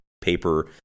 paper